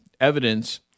evidence